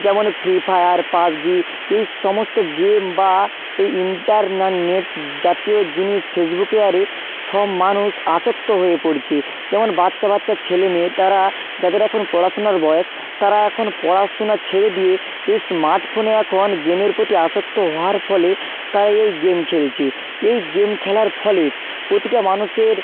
যেমন free fire PUBG এই সমস্ত গেম বা এই ইন্টার নেট জাতীয় জিনিস ফেসবুকে আরে সব মানুষ আসক্ত হয়ে পড়ছে যেমন বাচ্চা বাচ্চা ছেলে মেয়ে তারা যাদের এখন পড়াশোনার বয়স তারা এখন পড়াশোনা ছেড়ে দিয়ে এই স্মার্টফোনে এখন গেমের প্রতি আসক্ত হওয়ার ফলে তাই এই গেম খেলছে এই গেম খেলার ফলে প্রতিটা মানুষের